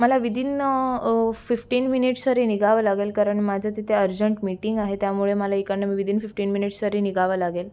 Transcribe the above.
मला within fifteen minutes तरी निघावं लागेल कारण माझं तिथं अर्जन्ट मिटींग आहे त्यामुळे मला इकडनं विदीन फिफ्टीन मिनिट्स तरी निघावं लागेल